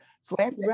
Slam